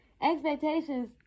expectations